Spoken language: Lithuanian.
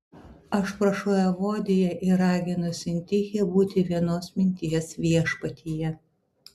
aš prašau evodiją ir raginu sintichę būti vienos minties viešpatyje